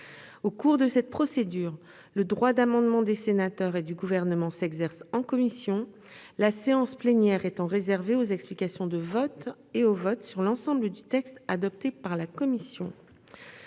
Au cours de cette procédure, le droit d'amendement des sénateurs et du Gouvernement s'exerce en commission, la séance plénière étant réservée aux explications de vote et au vote sur l'ensemble du texte adopté par la commission.